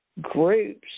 groups